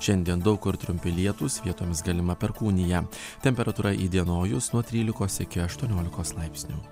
šiandien daug kur trumpi lietūs vietomis galima perkūnija temperatūra įdienojus nuo trylikos iki aštuoniolikos laipsnių